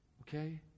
okay